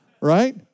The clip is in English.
right